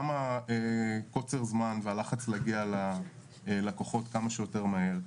גם קוצר הזמן והלחץ להגיע אל הלקוחות כמה שיותר מהר,